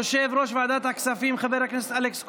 יושב-ראש ועדת הכספים חבר הכנסת אלכס קושניר.